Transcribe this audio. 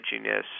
edginess